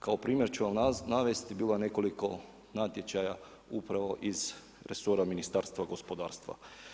Kao primjer ću vam navesti, bilo je nekoliko natječaja upravo iz resora Ministarstva gospodarstva.